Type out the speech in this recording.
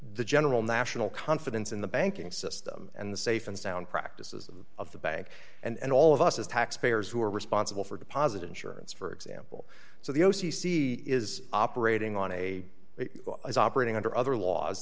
the general national confidence in the banking system and the safe and sound practices of the bank and all of us as taxpayers who are responsible for deposit insurance for example so the o c c is operating on a operating under other laws